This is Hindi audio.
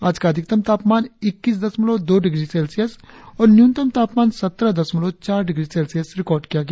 आज का अधिकतम तापमान ईक्कीस दशमलव दो डिग्री सेल्सियस और न्यूनतम तापमान सत्रह दशमलव चार डिग्री सेल्सियस रिकार्ड किया गया